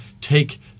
take